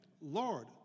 Lord